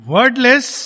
Wordless